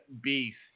Beast